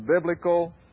biblical